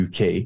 UK